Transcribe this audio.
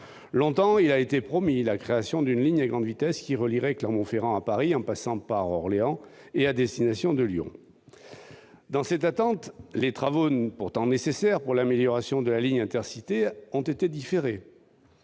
Longtemps, il a été promis la création d'une ligne à grande vitesse qui relierait Clermont-Ferrand à Paris en passant par Orléans et à destination de Lyon. Dans cette attente, les travaux pourtant nécessaires pour l'amélioration de la ligne Intercités ont été différés,